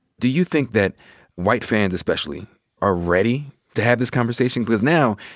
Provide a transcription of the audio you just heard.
do you think that white fans especially are ready to have this conversation? because now,